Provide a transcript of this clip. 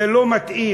זה לא מתאים.